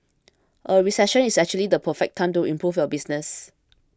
a recession is actually the perfect time to improve your business